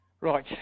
Right